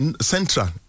Central